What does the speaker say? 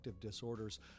Disorders